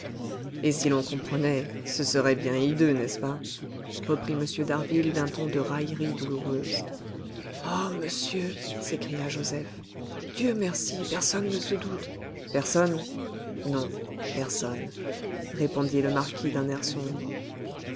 et si l'on comprenait ce serait bien hideux n'est-ce pas reprit m d'harville d'un ton de raillerie douloureuse ah monsieur s'écria joseph dieu merci personne ne se doute personne non personne répondit le marquis d'un air sombre